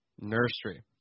Nursery